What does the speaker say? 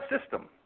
system